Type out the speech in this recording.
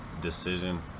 decision